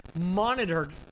monitored